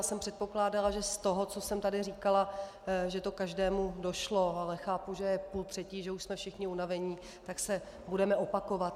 Předpokládala jsem, že z toho, co jsem tady říkala, to každému došlo, ale chápu, že je půl třetí, že už jsme všichni unaveni, tak se budeme opakovat.